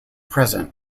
present